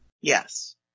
Yes